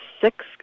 six